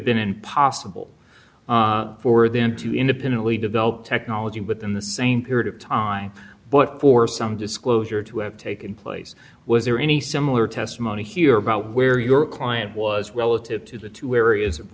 been impossible for them to independently develop technology within the same period of time but for some disclosure to have taken place was there any similar testimony here about where your client was relative to the two areas of